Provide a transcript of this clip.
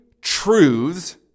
truths